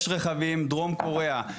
יש רכבים מדרום קוריאה,